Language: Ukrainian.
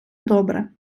добре